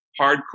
hardcore